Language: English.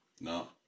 No